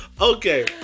Okay